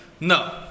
No